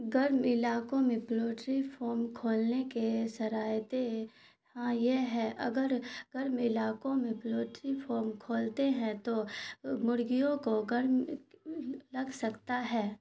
گرم علاقوں میں پلوٹری فام کھولنے کے شرائط ہاں یہ ہے اگر گرم علاقوں میں پلوٹری فام کھولتے ہیں تو مرغیوں کو گرم لگ سکتا ہے